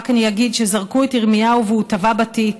אני רק אגיד שזרקו את ירמיהו והוא טבע בטיט,